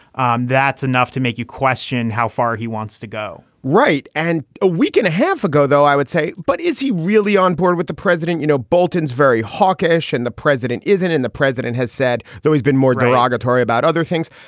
um that's enough to make you question how far he wants to go right. and a week and a half ago, though, i would say. but is he really on board with the president? you know, bolton's very hawkish and the president isn't. and the president has said, though, he's been more derogatory about other things.